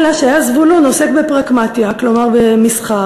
"אלא שהיה זבולון עוסק בפרקמטיא" כלומר במסחר,